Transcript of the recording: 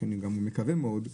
ואני מקווה מאוד,